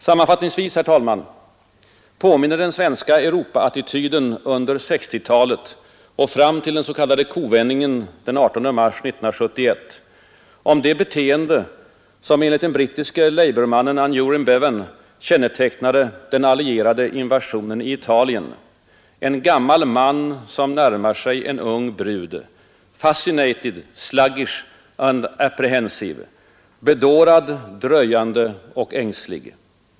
Sammanfattningsvis — herr talman — påminner den svenska Europaattityden under 1960-talet och fram till den s.k. kovändningen den 18 mars 1971 om det beteende som enligt den brittiske labourmannen Aneurin Bevan kännetecknade den allierade invasionen i Italien — en gammal man som närmar sig en ung brud: ”Fascinated, sluggish and apprehensive” — bedårad, trevande och ängslig.